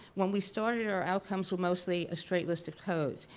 when we started our outcomes were mostly a straight list of codes,